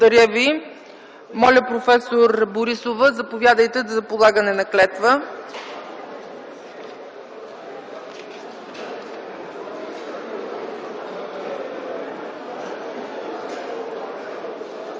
Ви. Професор Борисова, моля заповядайте за полагане на клетва.